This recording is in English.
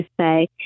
say